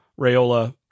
Rayola